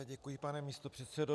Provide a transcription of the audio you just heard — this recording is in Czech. Děkuji, pane místopředsedo.